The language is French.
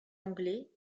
anglais